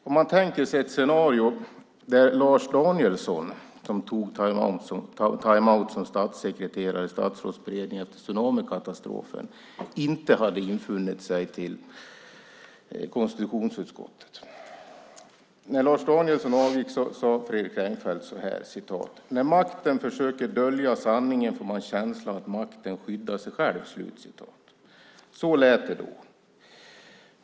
Man kan tänka sig ett scenario där Lars Danielsson, som tog timeout som statssekreterare i Statsrådsberedningen efter tsunamikatastrofen, inte hade infunnit sig till konstitutionsutskottet. När Lars Danielsson avgick sade Fredrik Reinfeldt: "När makten försöker dölja sanningen får man känslan av att makten skyddar sig själv." Så lät det då.